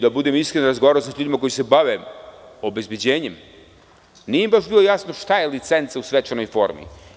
Da budem iskren, razgovarao sam sa ljudima koji se bave obezbeđenjem i nije im baš bilo jasno šta je licenca u svečanoj formi.